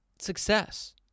success